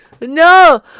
No